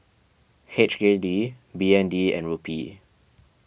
H K D B N D and Rupee